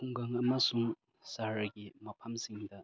ꯈꯨꯡꯒꯪ ꯑꯃꯁꯨꯡ ꯁꯍꯔꯒꯤ ꯃꯐꯝꯁꯤꯡꯗ